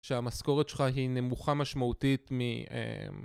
שהמשכורת שלך היא נמוכה משמעותית מ...